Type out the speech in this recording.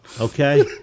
Okay